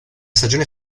stagione